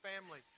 family